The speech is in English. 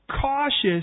cautious